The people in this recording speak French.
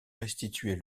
restituer